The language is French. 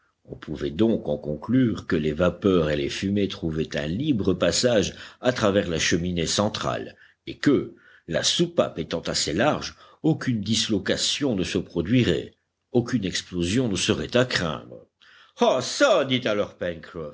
on pouvait donc en conclure que les vapeurs et les fumées trouvaient un libre passage à travers la cheminée centrale et que la soupape étant assez large aucune dislocation ne se produirait aucune explosion ne serait à craindre ah çà dit alors